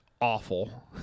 awful